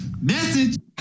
message